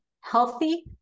healthy